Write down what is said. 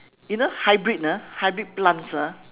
you know hybrid ah hybrid plants ah